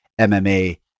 mma